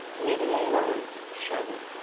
lydia lawrence shuddered,